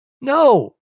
No